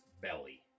belly